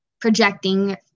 projecting